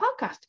podcast